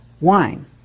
wine